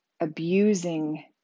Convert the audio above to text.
abusing